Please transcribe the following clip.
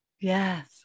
Yes